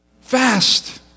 Fast